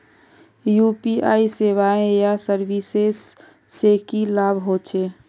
UPI सेवाएँ या services से की लाभ होचे?